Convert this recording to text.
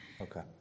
Okay